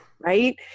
Right